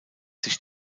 sich